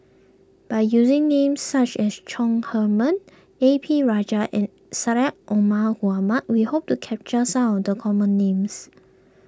by using names such as Chong Heman A P Rajah and Syed Omar Mohamed we hope to capture some of the common names